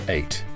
Eight